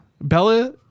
bella